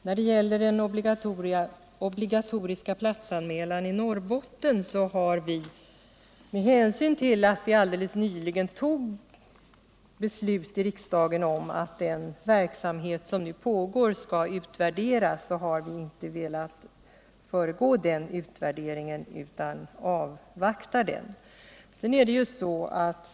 När det gälter den obligatoriska platsanmätan i Norrbotten har vi, med hänsyn till att vi helt nyligen fattade beslut i riksdagen om att den verksamhet domsarbetslöshet 120 som pågår skall utvärderas, inte velat föregripa, utan vi avvaktar den utvärderingen.